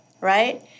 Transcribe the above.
right